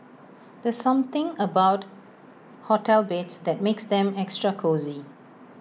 there's something about hotel beds that makes them extra cosy